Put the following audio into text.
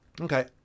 Okay